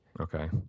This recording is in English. Okay